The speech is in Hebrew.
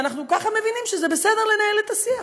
ואנחנו ככה מבינים שזה בסדר לנהל את השיח,